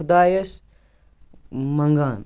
خۄدایس منگان